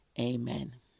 amen